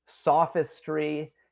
sophistry